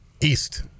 East